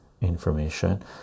information